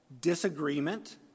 Disagreement